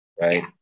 right